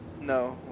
No